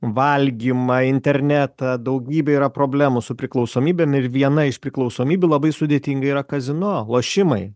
valgymą internetą daugybė yra problemų su priklausomybeėm ir viena iš priklausomybių labai sudėtinga yra kazino lošimai